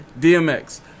dmx